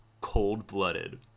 cold-blooded